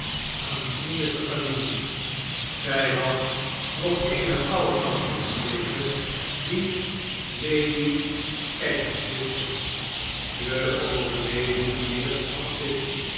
aanzienlijke familie zij had nog eene oudtante in leven die lady scadgers heette de overledene mijnheer